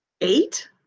eight